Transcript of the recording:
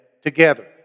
together